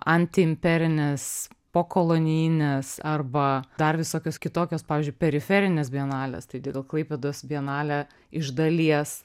antiimperinės pokolonijinės arba dar visokios kitokios pavyzdžiui periferinės bienalės tai todėl klaipėdos bienalę iš dalies